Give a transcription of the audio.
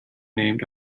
named